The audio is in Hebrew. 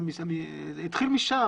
זה התחיל משם,